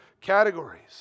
categories